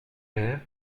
vert